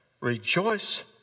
Rejoice